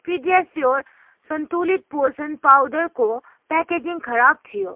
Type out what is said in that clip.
PediaSure सन्तुलित पोषण पाउडरको प्याकेजिङ खराब थियो